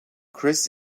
chris